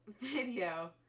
video